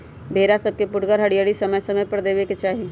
भेड़ा सभके पुठगर हरियरी समय समय पर देबेके चाहि